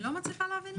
אני לא מצליחה להבין למה.